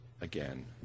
again